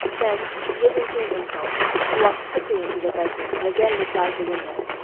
then yielding to an impulse he walked quickly into the bedroom and again looked out the window.